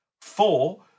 Four